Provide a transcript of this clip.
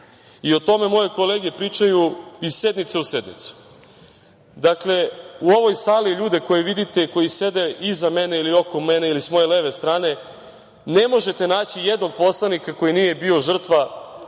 i o tome moje kolege pričaju iz sednice u sednicu. Dakle, u ovoj sali, ljude koje vidite i koji sede iza mene ili oko mene, ili sa moje leve strane, ne možete naći jednog poslanika koji nije bio žrtva nekog